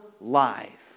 life